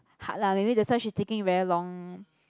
hard lah maybe that's why she thinking very long